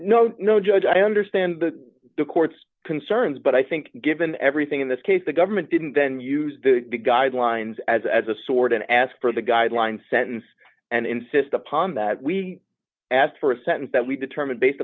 no no judge i understand the court's concerns but i think given everything in this case the government didn't then use the guidelines as a sword and ask for the guidelines sentence and insist upon that we ask for a sentence that we determine based